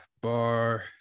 Bar